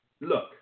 Look